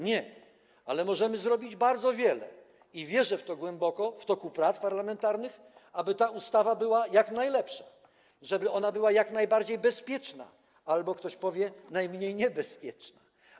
Nie, ale możemy zrobić bardzo wiele, wierzę w to głęboko, w toku prac parlamentarnych, aby ta ustawa była jak najlepsza, jak najbardziej bezpieczna albo, jak ktoś powie, najmniej niebezpieczna.